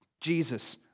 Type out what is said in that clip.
Jesus